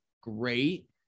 great